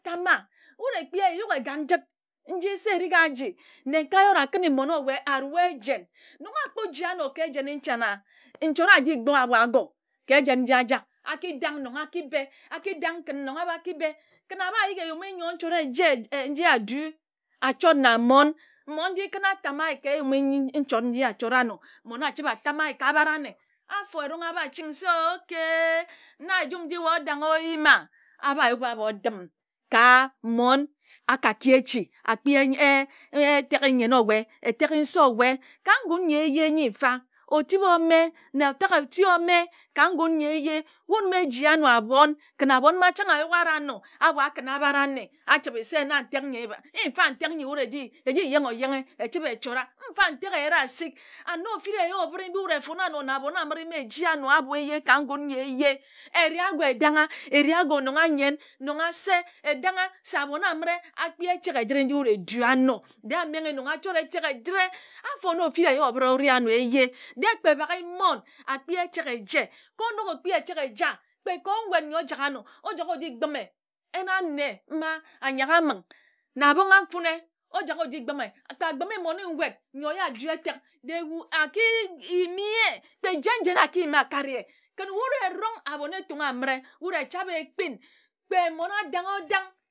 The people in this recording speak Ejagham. Atama wud ekpi eyuk jid nji se erig oji nne kae wod akone mmon owa arua ejen nonga akpo oji anor ka ejene nchane nchord aji gbor abor agor ke ejen nji ajak akidang nonga akibe akidang kin nonga abor akibe kin abayighi eyumi nyor nchord eje nji adu achord na mmon mmon nji ken atama ye ke eyumi nchord nji achora anor mmon achibe atama ye ka abara anne afor erong abaching se okey na ejum nji wae odang a oyima oba yubi abor dim ka mmon akaki echi akpi ehn etek nyem owe etek nsor owe ka ngun nyi eje nyi mfa otip eme na otak eti ome ka ngun nyi eje wud mba eji anor abon kin abon ma chang ayuk wud anor abor akin abara anne achibe se na ntok nyi eba yin mfa ntek nyi eji eji jene ojene echibe echora mfa ntek eyira asik and nor ofireyo obira mbi wud efone anor na abon ma eji anor abor eje ka ngun nyi eje ere agor edang a ere agor nomng a nyen nong a nse edang a se abon amiri okpi etek ejira nji wud edu anor de ameghe nong achora etek ejire afor na ofireyoobira ere anor eje de kpe baka mmon akpi etek eje kor onok okpi etek eja kpe ka nwed nyi ojak anor ojak oji gbime yin anne ma anyak a abing na abong a mfune ojak oji gbime kpe agbime mmone nwed nyor ye aji etek de egu akiyimi ye kpe jen jen akiyim akari ye kin wud erong abon Etung amire wud echabe ekpin kpe mkmon adang odang